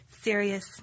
Serious